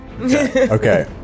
Okay